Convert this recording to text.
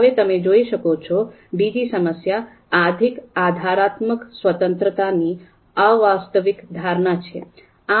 હવે તમે જોઈ શકો છો બીજી સમસ્યા અધિક આદરાત્મક સ્વતંત્રતાની અવાસ્તવિક ધારણા છે